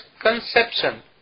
conception